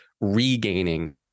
regaining